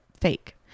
fake